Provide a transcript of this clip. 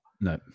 No